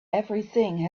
everything